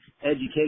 education